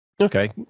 Okay